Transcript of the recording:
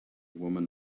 woman